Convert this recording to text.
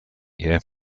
year